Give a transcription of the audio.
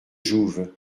jouve